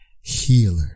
healer